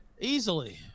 Easily